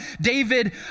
David